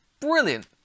brilliant